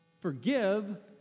forgive